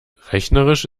rechnerisch